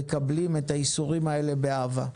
מקבלים את הייסורים האלה באהבה.